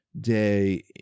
day